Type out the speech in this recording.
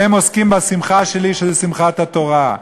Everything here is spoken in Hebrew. והם עוסקים בשמחה שלי שהיא שמחת התורה.